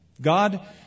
God